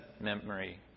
memory